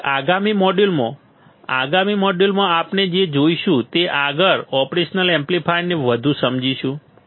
હવે આગામી મોડ્યુલમાં આપણે જે જોઈશું તે આગળ ઓપરેશન એમ્પ્લીફાયરને વધુ સમજીશું